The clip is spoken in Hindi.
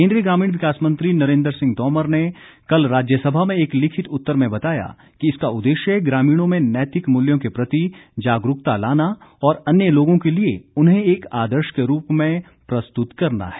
केंद्रीय ग्रामीण विकास मंत्री नरेन्द्र सिंह तोमर ने कल राज्यसभा में एक लिखित उत्तर में बताया कि इसका उद्देश्य ग्रामीणों में नैतिक मूल्यों के प्रति जागरूकता लाना और अन्य लोगों के लिए उन्हें एक आदर्श के रूप में प्रस्तुत करना है